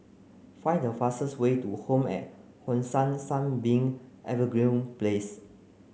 find the fastest way to Home at Hong San Sunbeam Evergreen Place